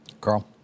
Carl